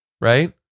right